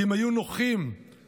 כי הם היו נוחים ועלובים,